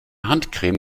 handcreme